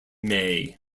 may